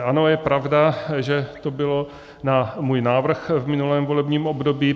Ano, je pravda, že to bylo na můj návrh v minulém volebním období.